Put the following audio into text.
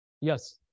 Yes